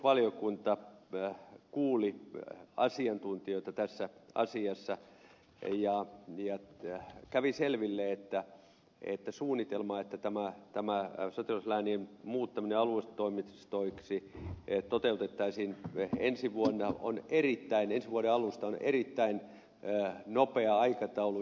myös puolustusvaliokunta kuuli asiantuntijoita tässä asiassa ja kävi selville että kun suunnitelman mukaan sotilasläänien muuttaminen aluetoimistoiksi toteutettaisiin ensi vuoden alusta tämä on erittäin nopea aikataulu